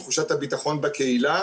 תחושת הביטחון בקהילה,